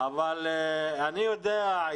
אני יודע,